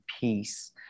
peace